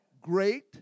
great